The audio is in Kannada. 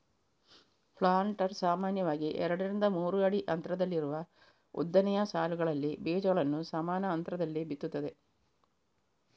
ಪ್ಲಾಂಟರ್ ಸಾಮಾನ್ಯವಾಗಿ ಎರಡರಿಂದ ಮೂರು ಅಡಿ ಅಂತರದಲ್ಲಿರುವ ಉದ್ದನೆಯ ಸಾಲುಗಳಲ್ಲಿ ಬೀಜಗಳನ್ನ ಸಮಾನ ಅಂತರದಲ್ಲಿ ಬಿತ್ತುತ್ತದೆ